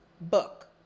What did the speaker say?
book